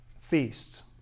feasts